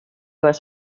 was